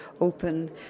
open